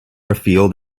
afield